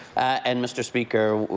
and mr. speaker,